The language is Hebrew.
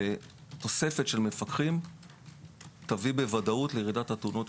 ותוספת של מפקחים תביא בוודאות לירידת מספר התאונות,